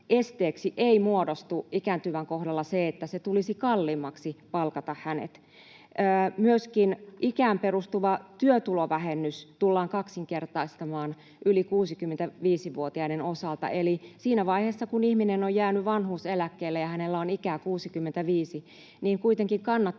esteeksi ei muodostu ikääntyvän kohdalla se, että tulisi kalliimmaksi palkata hänet. Myöskin ikään perustuva työtulovähennys tullaan kaksinkertaistamaan yli 65-vuotiaiden osalta. Eli siinä vaiheessa, kun ihminen on jäänyt vanhuuseläkkeelle ja hänellä on ikää 65, kuitenkin kannattaa